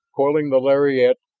coiling the lariat,